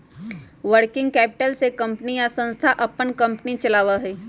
working capital से company या संस्था अपन कंपनी चलावा हई